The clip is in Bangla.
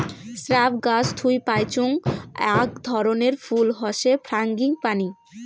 স্রাব গাছ থুই পাইচুঙ আক ধরণের ফুল হসে ফ্রাঙ্গিপানি